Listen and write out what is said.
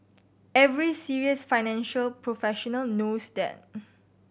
every serious financial professional knows that